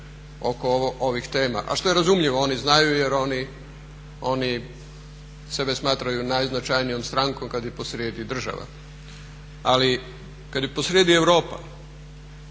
oko ovih tema, a što je razumljivo, oni znaju jer oni sebe smatraju najznačajnijom strankom kad je posrijedi država. Ali kad je posrijedi Europa